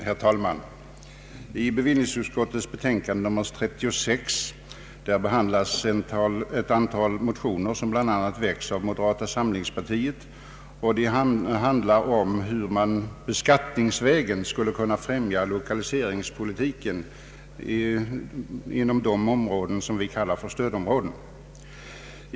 Herr talman! I bevillningsutskottets betänkande nr 36 behandlas ett antal motioner, som bl.a. har väckts av moderata samlingspartiet och handlar om hur man beskattningsvägen skall kunna främja lokaliseringspolitiken inom de områden som vi kallar för stödområden.